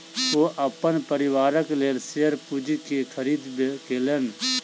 ओ अपन परिवारक लेल शेयर पूंजी के खरीद केलैन